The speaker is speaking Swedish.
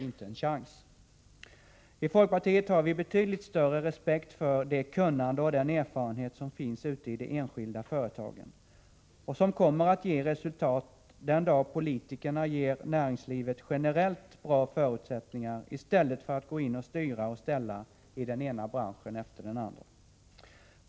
I folkpartiet har vi betydligt större respekt för det kunnande och den erfarenhet som finns ute i de enskilda företagen — och som kommer att ge resultat den dag politikerna ger näringslivet generellt bra förutsättningar, i stället för att gå in och styra och ställa i den ena branschen efter den andra.